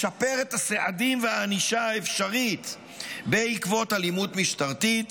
לשפר את הסעדים והענישה האפשרית בעקבות אלימות משטרתית,